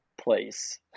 place